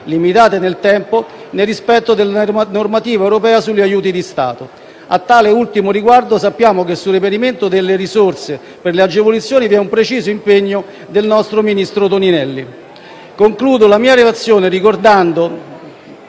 limitate nel tempo, nel rispetto della normativa europea sugli aiuti di Stato. A tale ultimo riguardo, sappiamo che sul reperimento delle risorse per le agevolazioni vi è un preciso impegno del nostro ministro Toninelli. Concludo la mia relazione ricordando